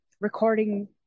recording